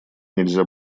нельзя